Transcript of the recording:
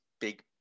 big